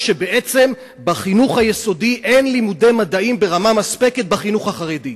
כשבעצם בחינוך היסודי אין לימודי מדעים ברמה מספקת בחינוך החרדי.